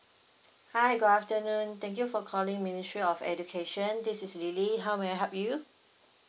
hi good afternoon thank you for calling ministry of education this is lily how may I help you